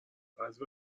بعضی